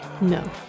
No